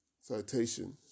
citation